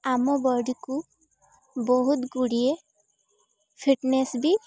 ଆମ ବଡ଼ିକୁ ବହୁତ ଗୁଡ଼ିଏ ଫିଟନେସ୍ବି